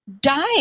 diet